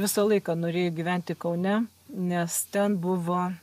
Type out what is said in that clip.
visą laiką norėjo gyventi kaune nes ten buvo